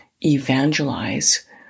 evangelize